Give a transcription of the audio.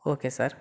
okay sir